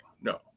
No